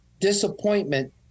disappointment